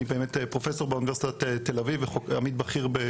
אני באמת פרופסור באוניברסיטת תל אביב ועמית בכיר,